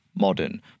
modern